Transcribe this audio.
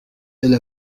elle